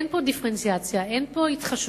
אין בו דיפרנציאציה, אין בו התחשבות